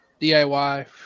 DIY